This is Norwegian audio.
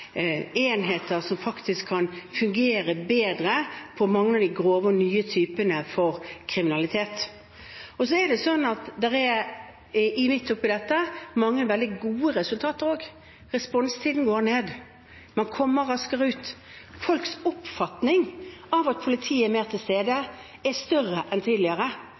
enheter som kan fungere bedre når det gjelder mange av de grove og nye formene for kriminalitet. Midt oppe i dette er det også mange veldig gode resultater. Responstiden går ned, man kommer raskere ut. Folks oppfatning av at politiet er mer til stede, er sterkere enn tidligere.